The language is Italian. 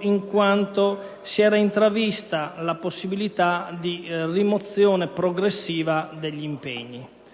in quanto si era intravista una possibilità di rimozione progressiva degli impegni.